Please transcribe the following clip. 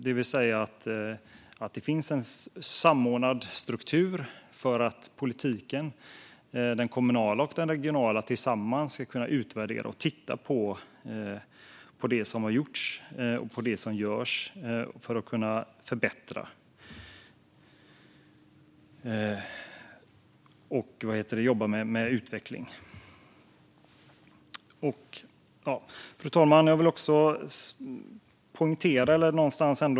Det finns alltså en samordnad struktur för att den kommunala och regionala politiken tillsammans ska kunna utvärdera och titta på det som har gjorts och görs för att kunna förbättra och jobba med utveckling. Fru talman!